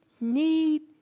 need